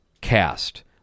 cast